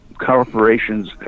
corporations